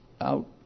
out